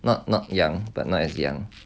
not not young but not as young